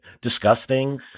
Disgusting